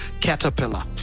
Caterpillar